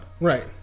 right